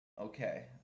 Okay